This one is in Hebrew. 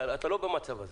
אתה לא במצב הזה.